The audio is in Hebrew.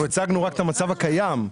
אנחנו הצגנו רק את המצב הקיים.